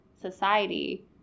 society